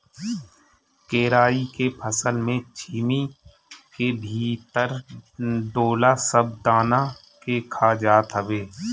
केराई के फसल में छीमी के भीतर ढोला सब दाना के खा जात हवे